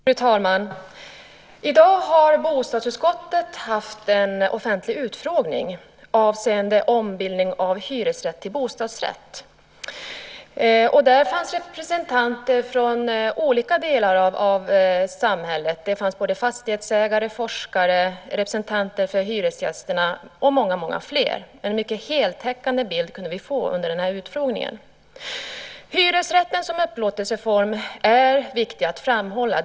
Fru talman! I dag har bostadsutskottet haft en offentlig utfrågning avseende ombildning av hyresrätt till bostadsrätt. Där fanns representanter från olika delar av samhället. Där fanns fastighetsägare, forskare, representanter för hyresgästerna och många fler. Vi kunde få en mycket heltäckande bild under utfrågningen. Hyresrätten som upplåtelseform är viktig att framhålla.